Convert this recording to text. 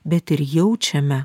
bet ir jaučiame